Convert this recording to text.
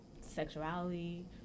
sexuality